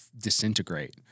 disintegrate